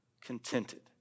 contented